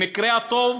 במקרה הטוב